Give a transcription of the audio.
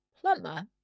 plumber